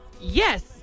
Yes